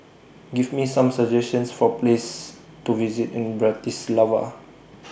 Give Me Some suggestions For Places to visit in Bratislava